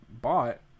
bought